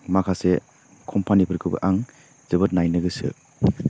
माखासे कम्पानिफोरखौ आं जोबोद नायनो गोसो